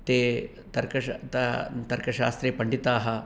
ते तर्कश ते तर्कशास्त्रे पण्डिताः